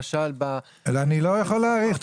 לא יכול להאריך.